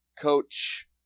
coach